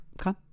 Okay